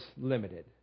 limited